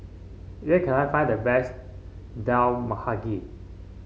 where can I find the best Dal Mahagi